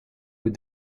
with